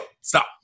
Stop